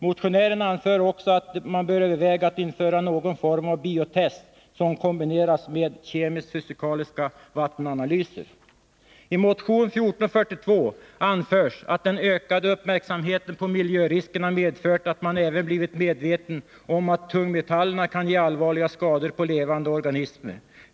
Motionären anför också att man bör överväga att införa någon form av biotest som kombineras med kemisk-fysikaliska vattenanalyser. I motion 1442 anförs att den ökade uppmärksamheten på miljöriskerna medfört att man även blivit medveten om att tungmetallerna kan ge allvarliga skador på levande organismer.